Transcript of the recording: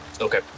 Okay